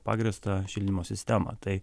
pagrįstą šildymo sistemą tai